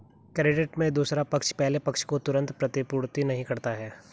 credit में दूसरा पक्ष पहले पक्ष को तुरंत प्रतिपूर्ति नहीं करता है